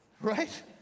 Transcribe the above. Right